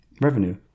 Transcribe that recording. revenue